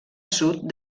sud